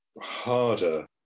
harder